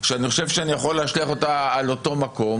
שאני חושב שאני יכול להשליך אותה על אותו מקום.